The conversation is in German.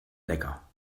lecker